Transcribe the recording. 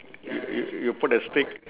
you you you put a stick